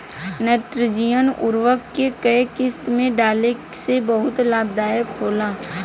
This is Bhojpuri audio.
नेत्रजनीय उर्वरक के केय किस्त में डाले से बहुत लाभदायक होला?